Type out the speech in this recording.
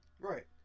Right